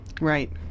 Right